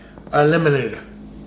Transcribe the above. Eliminator